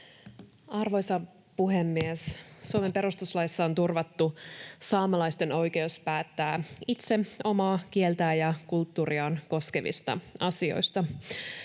Arvoisa puhemies! Suomen perustuslaissa on turvattu saamelaisten oikeus päättää itse omaa kieltään ja kulttuuriaan koskevista asioista.